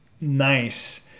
nice